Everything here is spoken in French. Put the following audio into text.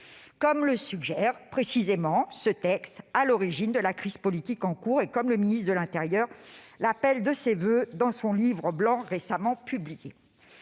comme le suggère précisément ce texte à l'origine de la crise politique en cours et comme le ministre de l'intérieur l'appelle de ses voeux dans le Livre blanc de la